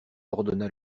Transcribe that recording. ordonna